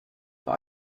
but